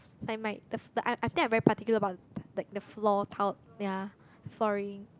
I might the I I think I very particular about the the floor tile ya sorry